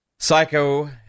psycho